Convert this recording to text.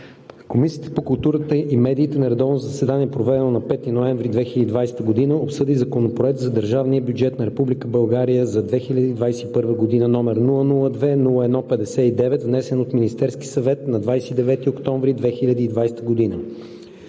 „Комисията по културата и медиите на редовно заседание, проведено на 5 ноември 2020 г., обсъди Законопроект за държавния бюджет на Република България за 2021 г., № 002-01-59, внесен от Министерския съвет на 29 октомври 2020 г.